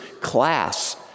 class